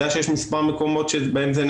אני מקווה שאתם מגיעים עם הבשורה הזאת.